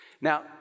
Now